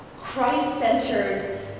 Christ-centered